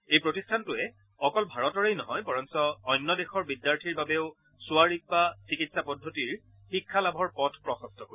এই প্ৰতিষ্ঠানটোৱে অকল ভাৰতৰেই নহয় বৰঞ্চ অন্য দেশৰ বিদ্যাৰ্থীৰ বাবেও ছোৱা ৰিগ্পা চিকিৎসা পদ্ধতিৰ শিক্ষা লাভৰ পথ প্ৰশস্ত কৰিব